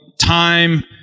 time